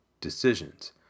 decisions